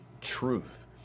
truth